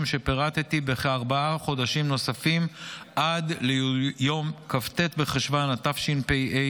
שפירטתי בכארבעה חודשים נוספים עד ליום כ"ט בחשוון התשפ"ה,